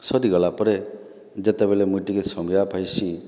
ସରିଗଲା ପରେ ଯେତେବେଲେ ମୁଇଁ ଟିକେ ସମୟା ପାଇସି